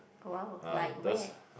!wah! like where